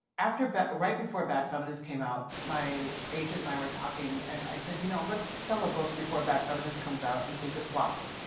but right before bad feminist came out, my agent and i were talking and i said, you know let's sell a book before bad feminist comes out in case it flops.